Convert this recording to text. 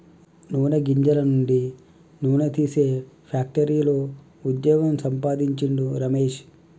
నూనె గింజల నుండి నూనె తీసే ఫ్యాక్టరీలో వుద్యోగం సంపాందించిండు రమేష్